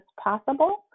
possible